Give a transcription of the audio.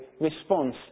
response